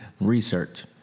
research